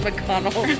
McConnell